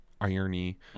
irony